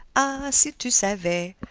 ah! si tu savais!